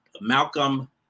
Malcolm